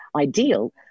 ideal